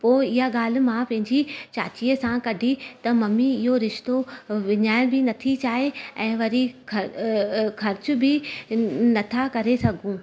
पो इहा ॻाल्हि मां पंहिंजी चाचीअ सां कढी त मम्मी इहो रिश्तो अ विञाइण बि नथी चाहे ऐं वरी ख़र्च बि नथां करे सघूं